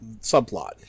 subplot